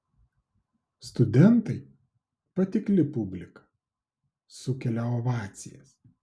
studentai patikli publika sukelia ovacijas